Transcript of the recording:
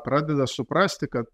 pradeda suprasti kad